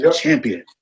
Champion